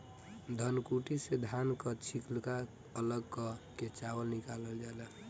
धनकुट्टी से धान कअ छिलका अलग कअ के चावल निकालल जाला